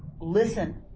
listen